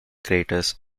craters